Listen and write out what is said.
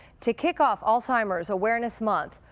to kick off alzheimer's awareness month,